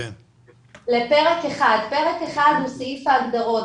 לפרק 1. פרק 1 בסעיף ההגדרות,